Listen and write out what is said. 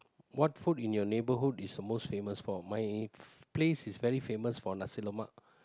what food in your neighbourhood is the most famous for my place is very famous for nasi-lemak